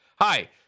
Hi